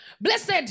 Blessed